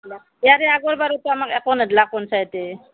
হ'ব ইয়াৰে আগৰ বাৰুতো আমাক একো নিদলাক পঞ্চায়তে